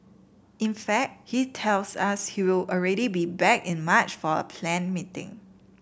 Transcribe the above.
in fact he tells us he will already be back in March for a planned meeting